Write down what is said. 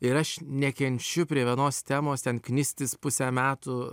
ir aš nekenčiu prie vienos temos ten knistis pusę metų